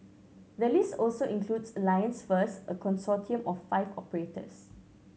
the list also includes Alliance First a consortium of five operators